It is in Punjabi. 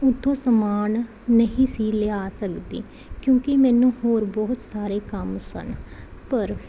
ਉੱਥੋਂ ਸਮਾਨ ਨਹੀਂ ਸੀ ਲਿਆ ਸਕਦੀ ਕਿਉਂਕਿ ਮੈਨੂੰ ਹੋਰ ਬਹੁਤ ਸਾਰੇ ਕੰਮ ਸਨ ਪਰ